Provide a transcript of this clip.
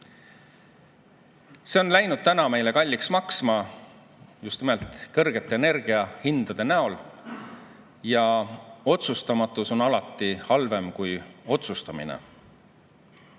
See on läinud meile kalliks maksma just nimelt kõrgete energiahindade näol. Otsustamatus on alati halvem kui otsustamine.